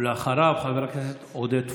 ואחריו, חבר הכנסת עודד פורר.